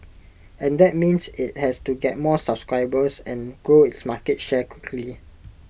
and that means IT has to get more subscribers and grow its market share quickly